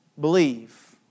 believe